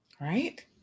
Right